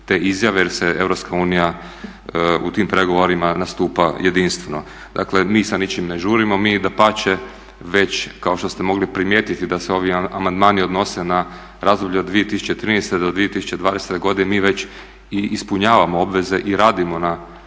te izjave jer EU u tim pregovorima nastupa jedinstveno. Dakle, mi sa ničim ne žurimo, mi dapače već kao što ste mogli primijetiti da se ovi amandmani odnose na razdoblje od 2013. do 2020. godine, mi već ispunjavamo obveze i radimo na